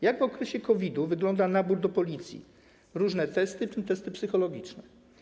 Jak w okresie COVID-u wygląda nabór do Policji, różne testy, w tym testy psychologiczne?